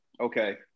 Okay